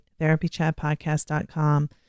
therapychatpodcast.com